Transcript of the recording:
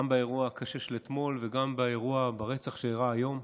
גם באירוע הקשה של אתמול וגם באירוע הרצח שאירע היום.